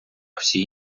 всі